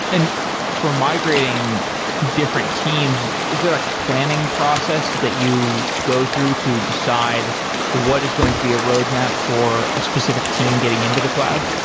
and migrating different teams, is there like a planning process that you go through to decide what is going to be a roadmap for a specific team getting into the cloud?